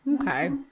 okay